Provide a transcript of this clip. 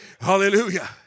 Hallelujah